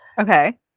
okay